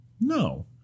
No